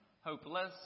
hopeless